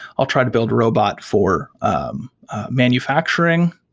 i'll try to build robot for um manufacturing.